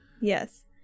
Yes